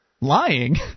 Lying